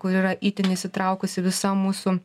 kur yra itin įsitraukusi visa mūsų